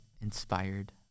inspired